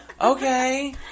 Okay